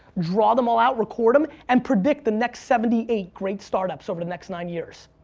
draw them all out, record them, and predict the next seventy eight great start-ups over the next nine years.